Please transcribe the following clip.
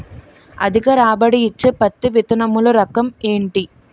అధిక రాబడి ఇచ్చే పత్తి విత్తనములు రకం ఏంటి?